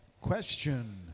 Question